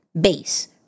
base